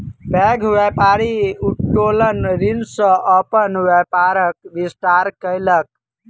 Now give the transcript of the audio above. पैघ व्यापारी उत्तोलन ऋण सॅ अपन व्यापारक विस्तार केलक